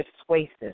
persuasive